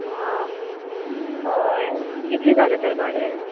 आं हय कितली जालां तर भाडें